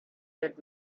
did